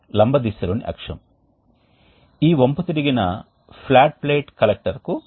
2 gas ల ప్రవాహం ఉంది మరియు అవి కొన్ని ఘన వాల్వ్ ద్వారా వేరు చేయబడతాయి ఇది ఇతర హీట్ ఎక్స్ఛేంజర్స్ లో చాలా వరకు ఉంటుంది